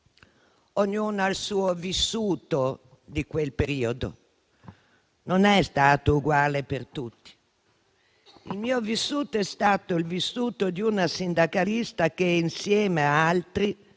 Ognuno ha il suo vissuto di quel periodo, non è stato uguale per tutti. Il mio vissuto è stato il vissuto di una sindacalista che, insieme ad altri,